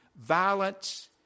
violence